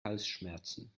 halsschmerzen